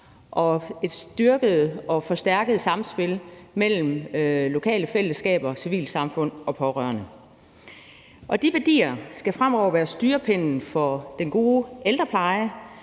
og et styrket og forstærket samspil mellem lokale fællesskaber, civilsamfundet og pårørende. De værdier skal fremover være styrepinden for den gode ældrepleje